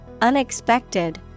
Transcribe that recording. unexpected